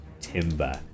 timber